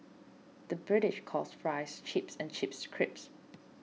the British calls Fries Chips and Chips Crisps